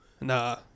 Nah